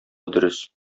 дөрес